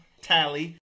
tally